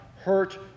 hurt